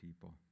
people